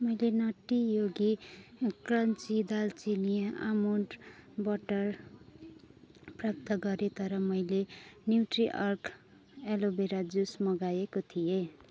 मैले नटी योगी क्रन्ची दालचिनी almond butter प्राप्त गरेँ तर मैले न्युट्रिअर्ग एलोभेरा जुस मगाएको थिएँ